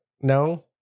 No